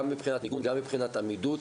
גם מבחינת עמידות,